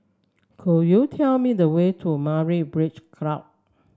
could you tell me the way to Myra Beach Club